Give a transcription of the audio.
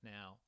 Now